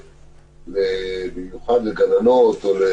מה